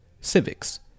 civics